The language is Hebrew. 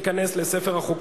כן, חבר הכנסת חנין.